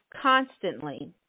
constantly